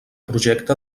projecte